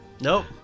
Nope